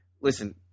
Listen